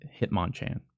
Hitmonchan